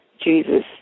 Jesus